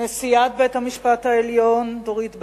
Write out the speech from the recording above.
נשיאת בית-המשפט העליון דורית בייניש,